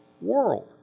world